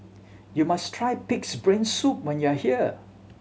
you must try Pig's Brain Soup when you are here